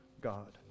God